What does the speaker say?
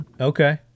okay